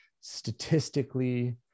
Statistically